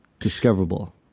discoverable